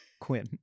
Quinn